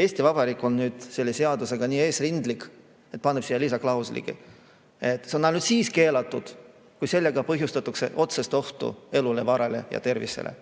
Eesti Vabariik aga on selle seaduse puhul nii eesrindlik, et paneb siia lisaklausli, et see on siis keelatud, kui sellega põhjustatakse otsest ohtu elule, varale ja tervisele.